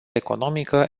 economică